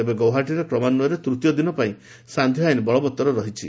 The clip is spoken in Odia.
ତେବେ ଗୌହାଟିରେ କ୍ରମାନ୍ୱୟରେ ତୃତୀୟଦିନ ପାଇଁ ସାନ୍ଧ୍ୟ ଆଇନ ବଳବତ୍ତର ରହିଛି